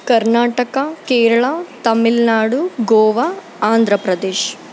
Karnataka Kerala Tamil Nadu Goa Andhra Pradesh